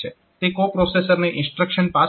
તે કો પ્રોસેસરને ઇન્સ્ટ્રક્શન પાસ કરવા માટે છે